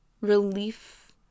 relief